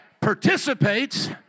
participates